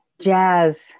jazz